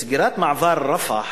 סגירת מעבר רפח